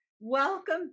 Welcome